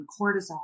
cortisol